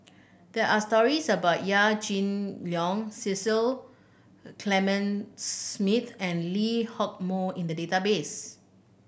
there are stories about Yaw Shin Leong Cecil Clementi Smith and Lee Hock Moh in the database